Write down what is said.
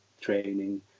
training